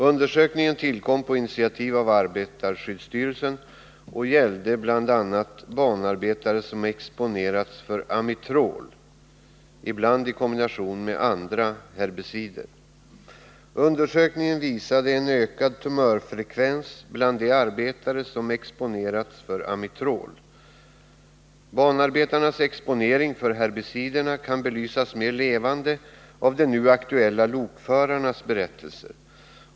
Undersökningen tillkom på initiativ av arbetarskyddsstyrelsen och gällde bl.a. banarbetare som exponerats för amitrol — ibland i kombination med andra herbicider. Undersökningen visade en ökad tumörfrekvens bland de arbetare som exponerats för amitrol. Banarbetarnas exponering för herbiciderna kan belysas mer levande av de nu aktuella lokförarnas berättelser.